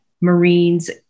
marines